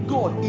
God